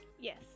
Yes